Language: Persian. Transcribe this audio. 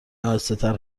آهستهتر